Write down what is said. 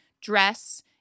dress